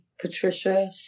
Patricia